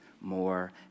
more